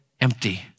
empty